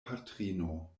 patrino